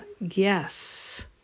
Yes